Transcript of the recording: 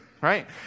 right